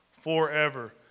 forever